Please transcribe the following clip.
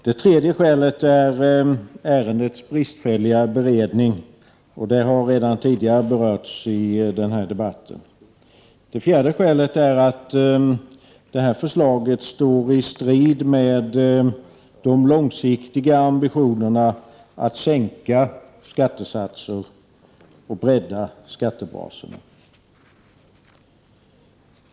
Det tredje skälet är ärendets bristfälliga beredning, och det har redan tidigare berörts i den här debatten. Det fjärde skälet är att förslaget står i strid med de långsiktiga ambitionerna att sänka skattesatser och bredda skattebasen.